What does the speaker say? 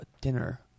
dinner